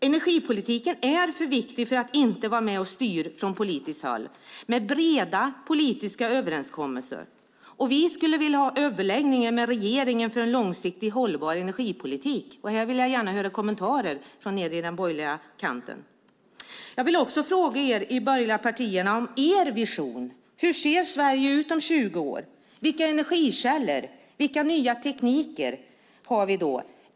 Energipolitiken är för viktig för att vi inte ska vara med och styra från politiskt håll med breda politiska överenskommelser. Vi skulle vilja ha överläggningar med regeringen för en långsiktigt hållbar energipolitik. Här vill jag gärna höra kommentarer från er på den borgerliga kanten. Jag vill också fråga er i de borgerliga partierna om er vision. Hur ser Sverige ut om 20 år? Vilka energikällor har vi då, och vilka nya tekniker?